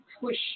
push